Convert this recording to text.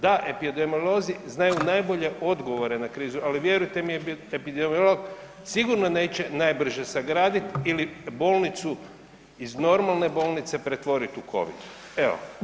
Da, epidemiolozi znaju najbolje odgovore na krizu, ali vjerujte mi, epidemiolog sigurno neće najbrže sagraditi ili bolnicu iz normalne bolnice pretvoriti u Covid, evo.